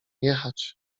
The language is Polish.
jechać